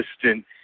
consistent